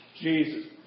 Jesus